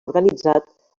organitzat